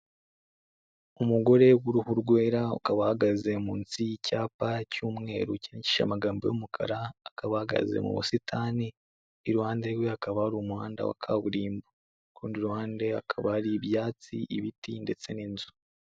Umugore w'uruhu rwera akaba ahagaze munsi y'icyapa cy'umweru cyankishije amagambo y'umukara, akaba ahahagaze mu busitani iruhande rwe hakaba ari umuhanda wa kaburimbo kurundi ruhande akaba ari ibyatsi ibiti ndetse n'inzu.